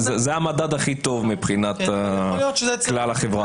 זה המדד הכי טוב מבחינת כלל החברה.